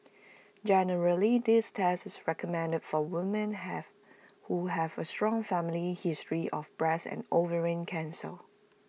generally this test is recommended for women have who have A strong family history of breast and ovarian cancer